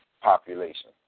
population